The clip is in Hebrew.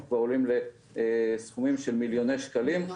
אנחנו כבר עולים לסכומים של מיליוני שקלים.